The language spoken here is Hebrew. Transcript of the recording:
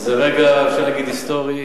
זה רגע, אפשר להגיד, היסטורי.